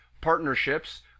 partnerships